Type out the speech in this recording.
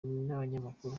n’abanyamakuru